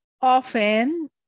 Often